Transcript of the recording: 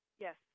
Yes